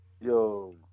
Yo